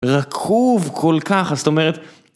רקוב כל כך, זאת אומרת...